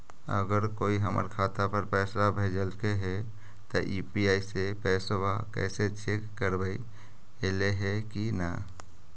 अगर कोइ हमर खाता पर पैसा भेजलके हे त यु.पी.आई से पैसबा कैसे चेक करबइ ऐले हे कि न?